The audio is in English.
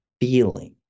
feeling